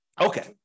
Okay